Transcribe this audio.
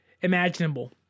imaginable